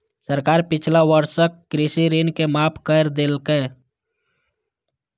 सरकार पिछला वर्षक कृषि ऋण के माफ कैर देलकैए